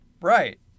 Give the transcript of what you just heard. Right